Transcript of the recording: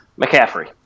McCaffrey